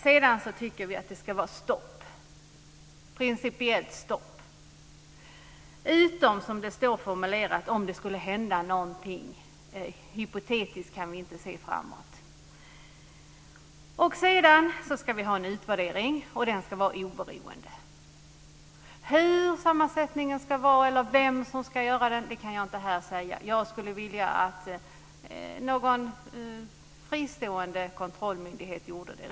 Sedan tycker vi att det ska vara stopp, principiellt stopp, utom om det, som det står formulerat, skulle hända någonting som vi inte kan se i dag. Sedan ska vi ha en utvärdering, och den ska vara oberoende. Hur sammansättningen ska vara eller vem som ska göra detta kan jag inte säga här. Jag skulle vilja att någon fristående kontrollmyndighet gjorde det.